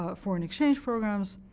ah foreign exchange programs,